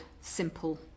simple